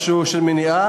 משהו של מניעה,